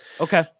Okay